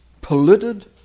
polluted